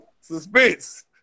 Suspense